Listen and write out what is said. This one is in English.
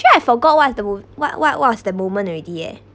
then I forgot what's the what what was the moment already eh